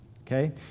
Okay